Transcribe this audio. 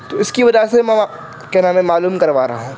تو اس کی وجہ سے کیا نام ہے معلوم کروا رہا ہوں